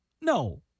No